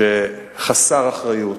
חסר אחריות,